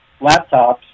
laptops